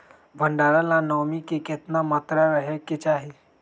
भंडारण ला नामी के केतना मात्रा राहेके चाही?